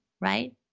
right